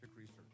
research